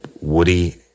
woody